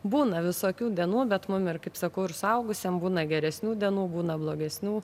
būna visokių dienų bet mum ir kaip sakau ir suaugusiem būna geresnių dienų būna blogesnių